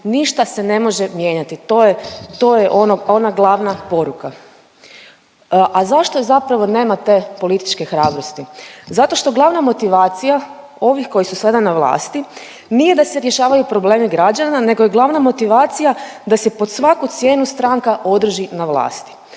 ništa se ne može mijenjati to je ona glavna poruka. A zašto i zapravo nema te političke hrabrosti? Zato što glavna motivacija ovih koji su sada na vlasti nije da se rješavaju problemi građana nego je glavna motivacija da se po svaku cijenu stranka održi na vlasti,